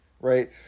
right